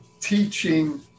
teaching